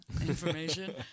information